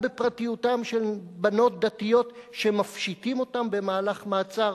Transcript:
בפרטיותן של בנות דתיות שמפשיטים אותן במהלך מעצר